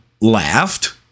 laughed